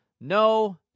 No